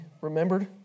remembered